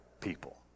people